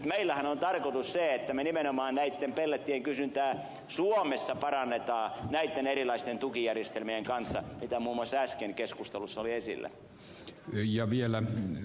meillähän on nyt tarkoitus se että me nimenomaan näitten pellettien kysyntää suomessa parannamme näitten erilaisten tukijärjestelmien avulla mitkä muun muassa äsken keskustelussa olivat esillä